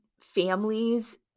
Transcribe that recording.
families